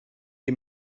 die